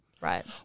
Right